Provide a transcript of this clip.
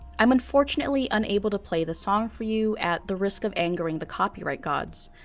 i'm unfortunately unable to play the song for you at the risk of angering the copyright gods,